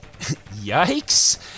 yikes